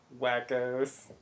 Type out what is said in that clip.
Wackos